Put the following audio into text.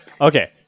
okay